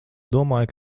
domāju